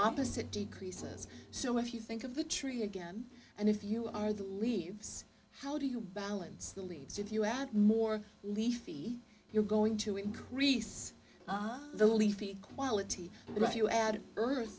opposite decreases so if you think of the tree again and if you are the leaves how do you balance the leagues if you add more leafy you're going to increase the leafy quality you add